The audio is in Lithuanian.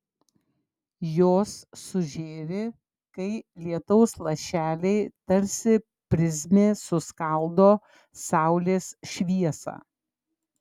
jos sužėri kai lietaus lašeliai tarsi prizmė suskaldo saulės šviesą